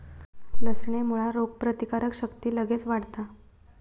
लसणेमुळा रोगप्रतिकारक शक्ती लगेच वाढता